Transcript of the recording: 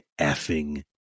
effing